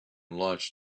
launched